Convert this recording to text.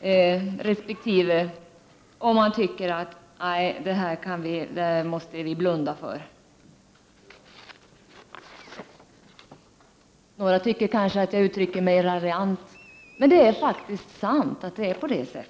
dem, och de tycker att de måste blunda för det här. Några tycker kanske att jag uttrycker mig raljant, men detta är sant.